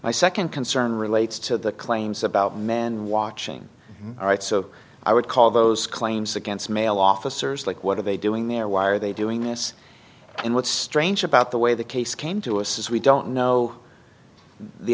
my second concern relates to the claims about men watching all right so i would call those claims against male officers like what are they doing there why are they doing this and what's strange about the way the case came to us is we don't know the